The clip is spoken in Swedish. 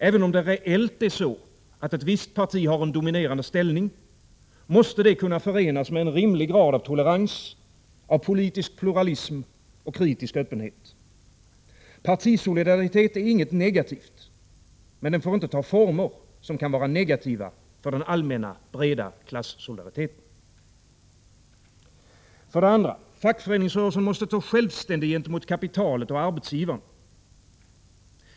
Även om det reellt är så att ett visst parti har en dominerande ställning, måste det kunna förenas med en rimlig grad av tolerans, av politisk pluralism och kritisk öppenhet. Partisolidaritet är inget negativt — men den får inte ta former som kan vara negativa för den allmänna breda klassolidariteten. Fackföreningsrörelsen måste stå självständig gentemot kapitalet och arbetsgivarna.